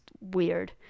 weird